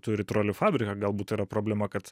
turi trolių fabriką galbūt yra problema kad